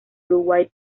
uruguay